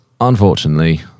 Unfortunately